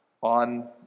on